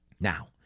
Now